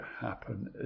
happen